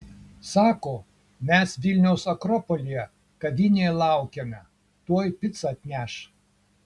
sako mes vilniaus akropolyje kavinėje laukiame tuoj picą atneš